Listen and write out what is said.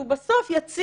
שהוא בסוף יציר